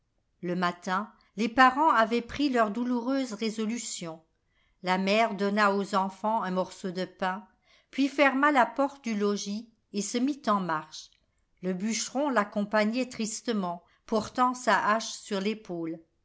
le matin les parents avaient pris leur douloureuse résolution la mère donna aux enfants un morceau de pain puis ferma la porte du logis et se mit en marche le bûcheron l'accompagnait tristement portant sa hache sur l'épaule